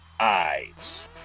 eyes